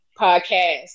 podcast